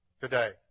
today